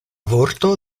vorto